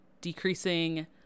decreasing